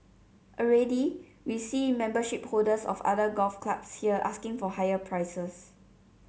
already we see membership holders of other golf clubs here asking for higher prices